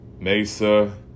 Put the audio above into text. Mesa